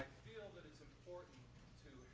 feel that it's important to